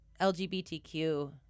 LGBTQ+